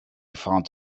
found